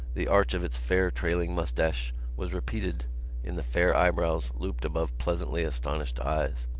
the arch of its fair trailing moustache was repeated in the fair eyebrows looped above pleasantly astonished eyes.